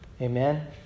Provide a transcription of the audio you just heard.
amen